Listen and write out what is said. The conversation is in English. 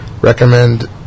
recommend